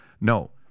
No